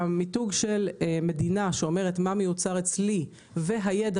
המיתוג של מדינה שאומרת מה מיוצר אצלה והידע